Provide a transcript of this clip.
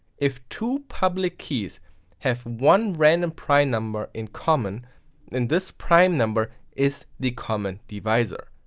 if two public keys have one random prime number in common, then this prime number is the common divisor.